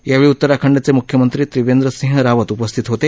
यावेळी उत्तराखंडचे म्ख्यमंत्री त्रिवेंद्र सिंह रावत उपस्थित होते